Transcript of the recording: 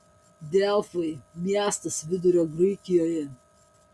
delfai miestas vidurio graikijoje